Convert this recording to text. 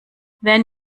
then